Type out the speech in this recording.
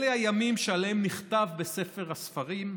אלה הימים שעליהם נכתב בספר הספרים: